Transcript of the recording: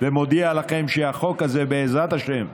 ומודיע לכם שהחוק הזה, בעזרת השם,